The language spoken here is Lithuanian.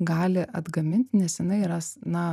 gali atgamint nes jinai yra na